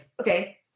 okay